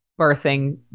birthing